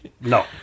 No